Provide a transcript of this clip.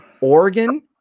Oregon